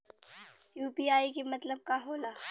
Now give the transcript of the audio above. UPI के मतलब का होला?